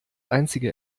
einzige